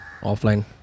Offline